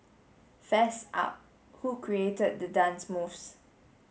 fess up who created the dance moves